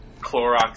Clorox